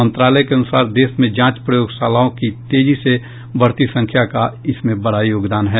मंत्रालय के अनुसार देश में जांच प्रयोगशालाओं की तेजी से बढ़ती संख्या का इसमें बड़ा योगदान है